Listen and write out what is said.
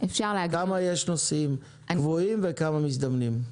כמה נוסעים קבועים וכמה נוסעים מזדמנים.